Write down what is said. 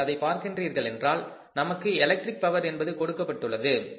நீங்கள் அதை பார்க்கின்றீர்கள் என்றால் நமக்கு எலக்ட்ரிக் பவர் என்பது கொடுக்கப்பட்டுள்ளது